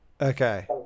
Okay